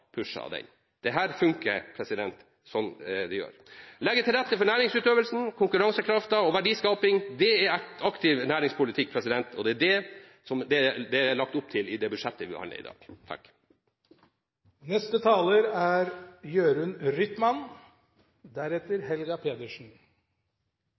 pusha det, og det funker. Å legge til rette for næringsutøvelse, konkurransekraft og verdiskaping er aktiv næringspolitikk, og det er det det er lagt opp til i det budsjettet vi behandler i dag.